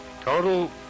Total